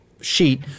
sheet